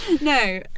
no